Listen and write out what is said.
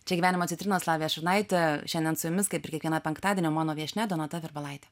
čia gyvenimo citrinos lavija šurnaitė šiandien su jumis kaip ir kiekvieną penktadienį o mano viešnia donata virbilaitė